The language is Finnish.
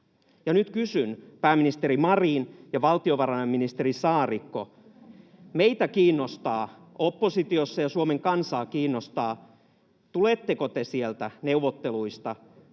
Ja nyt kysyn, pääministeri Marin ja valtiovarainministeri Saarikko — meitä oppositiossa kiinnostaa, ja Suomen kansaa kiinnostaa: tuletteko te sieltä neuvotteluista